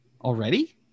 already